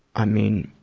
i mean,